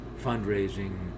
fundraising